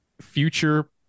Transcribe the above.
Future